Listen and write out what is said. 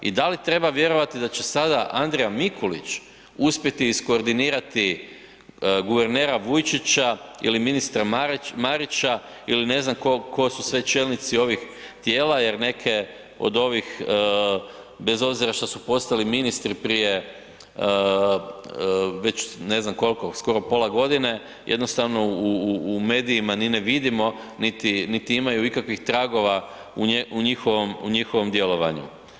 I da li treba vjerovati da će sada Andrija Mikulić uspjeti izkoordinirati guvernera Vujčića ili ministra Marića ili ne znam tko su sve čelnici ovih tijela jer neke od ovih, bez obzira što su postali ministri prije već ne znam koliko, skoro pola godine jednostavno u medijima ni ne vidimo niti imaju ikakvih tragova u njihovom djelovanju.